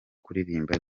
kuririmba